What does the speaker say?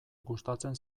gustatzen